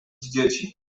dzieci